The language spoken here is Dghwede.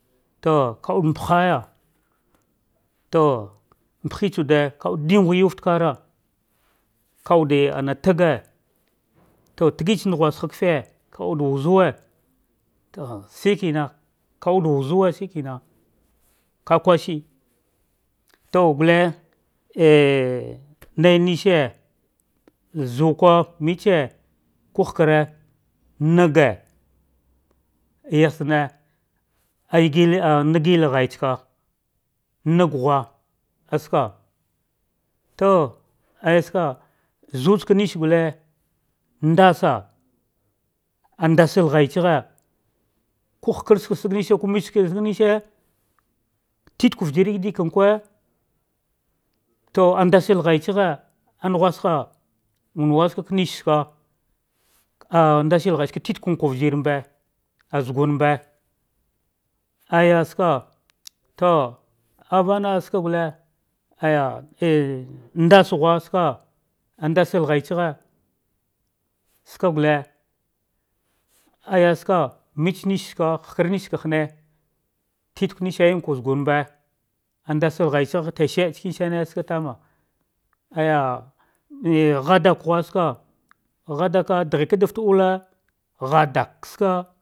To kawudi mpahaya to mpahitsawude kate digighi yuw fate kare kawude am tagi to tagi tsa nah usgha kafi va wuɗe wuzuwe to shika ka wuda wuzuwe shikina ka kwushi to gufe ah nainaj shi zuka midse ko hakarnage, yahtsane aye anaghghetsaka naghu aska to aya ska zua tsaka nashi gate ndasa ah ahandashil ghaitsaghe ko hakar komelse ska zenashi titwe vjir yachkan kew to adashil ghaitsafe najlusha manewe ska ka nishi tsak ah ndashil ghats aka titigie vjirmbe azugunmbe aja ska to avana ska gule el ndasa ghu ska ah dndashi ghaitsaghe skagule aja ska mbenisa tsaka nakarnestsaka titquenasamkwa ujirmbe al ndashi ghaitsagha tushi skarsane ske.